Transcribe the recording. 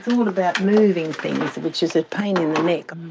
um about moving things, which is a pain in the neck.